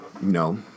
No